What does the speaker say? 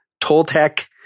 Toltec